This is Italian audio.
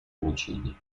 omicidi